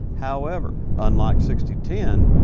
however, unlike sixty ten,